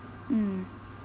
mm